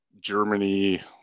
Germany